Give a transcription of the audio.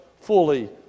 fully